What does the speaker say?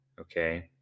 okay